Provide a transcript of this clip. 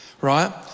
right